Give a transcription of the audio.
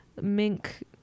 mink